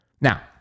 Now